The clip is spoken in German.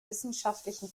wissenschaftlichen